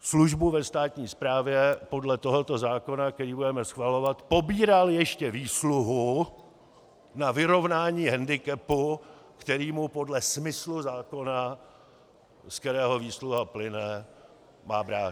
službu ve státní správě podle tohoto zákona, který budeme schvalovat, pobíral ještě výsluhu na vyrovnání hendikepu, kterou podle smyslu zákona, ze kterého výsluha plyne, má brát.